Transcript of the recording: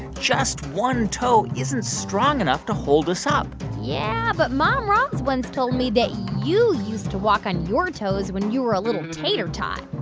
just one toe isn't strong enough to hold us up yeah. but mom raz once told me that you used to walk on your toes when you were a little tater tot